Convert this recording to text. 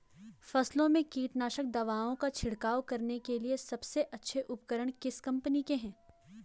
फसलों में कीटनाशक दवाओं का छिड़काव करने के लिए सबसे अच्छे उपकरण किस कंपनी के हैं?